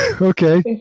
Okay